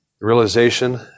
realization